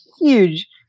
huge